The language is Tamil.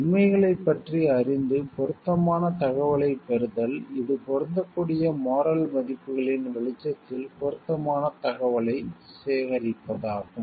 உண்மைகளைப் பற்றி அறிந்து பொருத்தமான தகவலைப் பெறுதல் இது பொருந்தக்கூடிய மோரல் மதிப்புகளின் வெளிச்சத்தில் பொருத்தமான தகவலைச் சேகரிப்பதாகும்